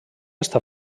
està